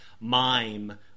mime